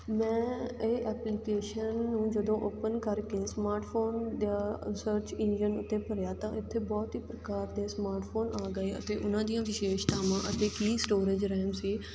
ਮੈਂ ਇਹ ਐਪਲੀਕੇਸ਼ਨ ਨੂੰ ਜਦੋਂ ਓਪਨ ਕਰਕੇ ਸਮਾਰਟਫ਼ੋਨ ਦਾ ਸਰਚ ਇੰਜਨ ਉੱਤੇ ਭਰਿਆ ਤਾਂ ਇੱਥੇ ਬਹੁਤ ਹੀ ਪ੍ਰਕਾਰ ਦੇ ਸਮਾਰਟਫ਼ੋਨ ਆ ਗਏ ਅਤੇ ਉਹਨਾਂ ਦੀਆਂ ਵਿਸ਼ੇਸਤਾਵਾਂ ਅਤੇ ਕੀ ਸਟੋਰੇਜ ਰੈਮ ਸੀ